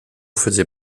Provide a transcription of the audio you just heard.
faisait